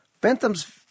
Bentham's